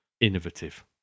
innovative